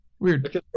Weird